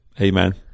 Amen